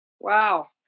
Wow